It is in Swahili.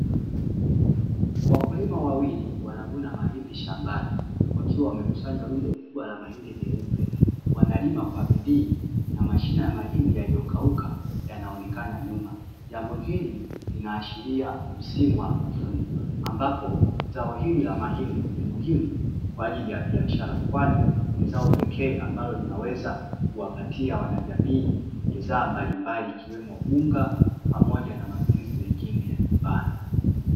Wakulima wawili wanavuna mahindi shambani wakiwa wamekusanya rundo kubwa la mahindi meupe, wanalima kwa bidii na mashine ya mahindi yaliyokauka, yanaonekana nyuma, jambo hili linaashiria msimu wa mavuno ambapo zao hili la mahindi ni muhimu kwa ajili ya biashara kwani wenzao pekee ambalo linaweza kuwapatia wanajamii bidhaa mbalimbali ikiwemo unga pamoja na matumizi mengine ya nyumbani.